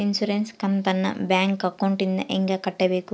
Insurance ಕಂತನ್ನ bank ಅಕೌಂಟಿಂದ ಹೆಂಗ ಕಟ್ಟಬೇಕು?